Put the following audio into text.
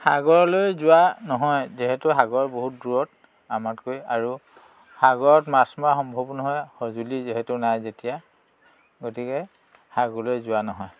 সাগৰলৈ যোৱা নহয় যিহেতু সাগৰ বহুত দূৰত আমাতকৈ আৰু সাগৰত মাছ মৰা সম্ভৱো নহয় সঁজুলি যিহেতু নাই যেতিয়া গতিকে সাগৰলৈ যোৱা নহয়